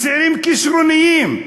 צעירים כישרוניים,